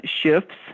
shifts